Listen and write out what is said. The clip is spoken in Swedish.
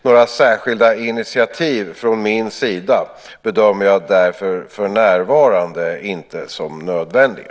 Några särskilda initiativ från min sida bedömer jag därför för närvarande inte som nödvändiga.